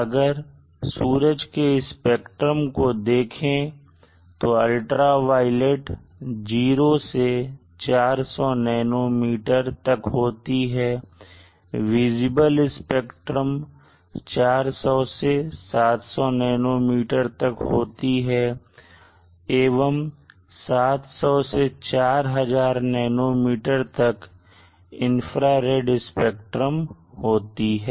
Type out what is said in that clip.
अगर सूरज के स्पेक्ट्रम को देखें तो अल्ट्रावायलेट 0 से 400 नैनोमीटर तक होती है और विजिबल स्पेक्ट्रम 400 से 700 नैनो मीटर तक होती है एवं 700 से 4000 नैनोमीटर तक इंफ्रारेड स्पेक्ट्रम होती है